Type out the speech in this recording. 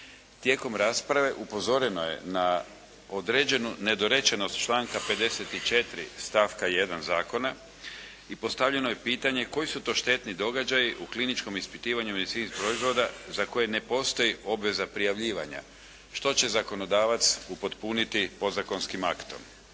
Tijekom rasprave upozoreno je na određenu nedorečenost članka 54. stavka 1. zakona i postavljeno je pitanje koji su to štetni događaji u kliničkom ispitivanju medicinskih proizvoda za koje ne postoji obveza prijavljivanja što će zakonodavac upotpuniti podzakonskim aktom.